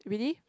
really